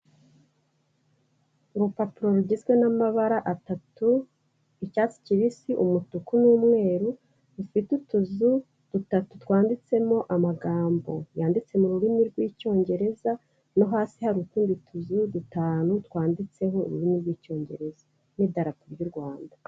Urupapuro rugizwe n'amabara atatu. Icyatsi kibisi, umutuku n'umweru. Rufite utuzu dutatu twanditsemo amagambo yanditse mu rurimi rw'icyongereza, no hasi hari utundi tuzu dutanu twanditseho ururimi rw'icyongereza. N'idarapo ry'u Rwanda.